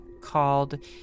called